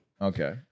Okay